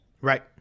Right